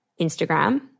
Instagram